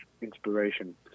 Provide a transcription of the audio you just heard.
inspiration